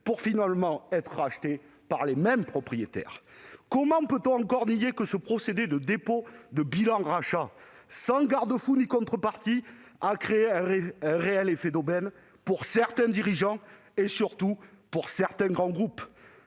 -, a finalement été rachetée par les mêmes propriétaires ! Comment peut-on encore nier que ce procédé de dépôt de bilan-rachat, sans garde-fou ni contrepartie, a créé un réel effet d'aubaine pour certains dirigeants, et surtout pour certains grands groupes ?